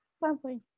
lovely